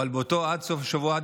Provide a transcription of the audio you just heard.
ועד סוף השבוע,